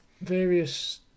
Various